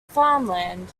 farmland